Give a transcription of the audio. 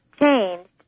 changed